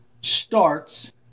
starts